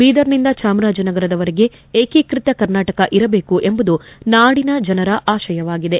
ಬೀದರ್ನಿಂದ ಚಾಮರಾಜನಗರದವರೆಗೆ ಏಕೀಕ್ಷತ ಕರ್ನಾಟಕ ಇರಬೇಕು ಎಂಬುದು ನಾಡಿನ ಜನರ ಆಶಯವಾಗಿದೆ